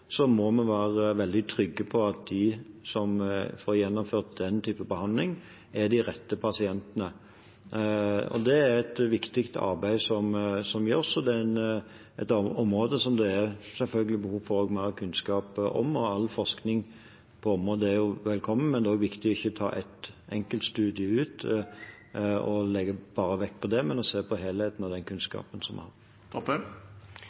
må vi være veldig trygge på at de som får gjennomført den typen behandling, er de rette pasientene. Og det er et viktig arbeid som gjøres. Dette er et område som det selvfølgelig er behov for mer kunnskap om, og all forskning på området er velkommen. Det er også viktig å ikke ta ut én enkeltstudie og bare legge vekt på den, men å se på helheten og den